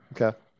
Okay